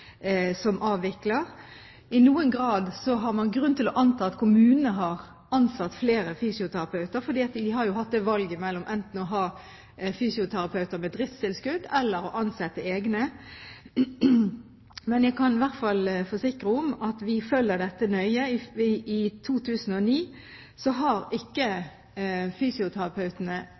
som avvikler? I noen grad har man grunn til å anta at kommuner har ansatt flere fysioterapeuter, fordi de har hatt det valget enten å ha fysioterapeuter med driftstilskudd eller å ansette egne, men jeg kan i hvert fall forsikre om at vi følger dette nøye. I 2009 har ikke fysioterapeutene redusert virksomheten sin i kommunene, i hvert fall ikke